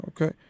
Okay